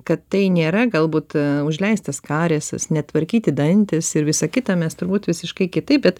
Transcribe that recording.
kad tai nėra galbūt užleistas kariesas netvarkyti dantys ir visa kita mes turbūt visiškai kitaip bet